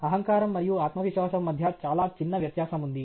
అహంకారం మరియు ఆత్మవిశ్వాసం మధ్య చాలా చిన్న వ్యత్యాసం ఉంది